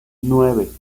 nueve